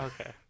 Okay